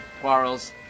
quarrels